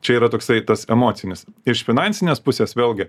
čia yra toksai tas emocinis iš finansinės pusės vėlgi